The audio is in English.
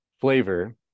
flavor